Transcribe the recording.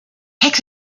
hex